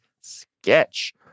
sketch